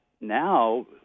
now